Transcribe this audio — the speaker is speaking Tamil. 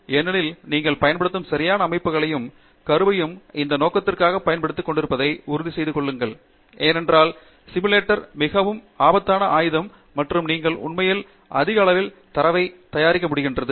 ஏனெனில் நீங்கள் பயன்படுத்தும் சரியான அமைப்புகளையும் கருவையும் இந்த நோக்கத்திற்காக பயன்படுத்திக் கொண்டிருப்பதை உறுதிசெய்து கொள்ளுங்கள் ஏனென்றால் சிமுலேட்டர் மிகவும் ஆபத்தான ஆயுதம் மற்றும் நீங்கள் உண்மையில் அதிக அளவிலான தரவை தயாரிக்க முடிகிறது